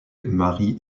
marie